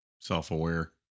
self-aware